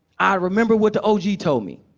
i remembered what the og told me.